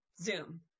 Zoom